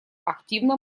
активно